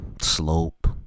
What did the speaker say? slope